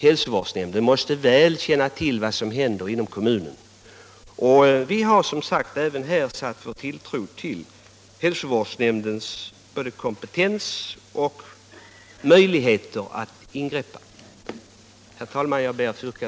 Hälsovårdsnämnden måste känna väl till Onsdagen den vad som händer inom kommunen. Vi har även här tilltro till hälso 10 december 1975 vårdsnämndens kompetens och möjligheter att ingripa.